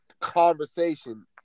conversation